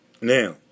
Now